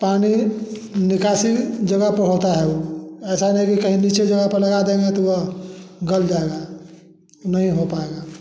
पानी निकासी जगह पर होता है ऐसा नहीं कहीं नीचे जगह पर लगा देंगे तो वह गल जाएगा नहीं हो पाएगा